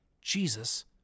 Jesus